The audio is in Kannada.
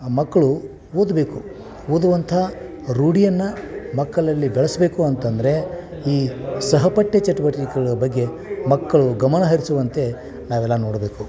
ಮಕ್ಕಳು ಓದಬೇಕು ಓದುವಂಥ ರೂಢಿಯನ್ನು ಮಕ್ಕಳಲ್ಲಿ ಬೆಳೆಸಬೇಕು ಅಂತಂದರೆ ಈ ಸಹಪಠ್ಯ ಚಟುವಟಿಕೆಗಳ ಬಗ್ಗೆ ಮಕ್ಕಳು ಗಮನ ಹರಿಸುವಂತೆ ನಾವೆಲ್ಲ ನೋಡಬೇಕು